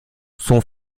son